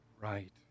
right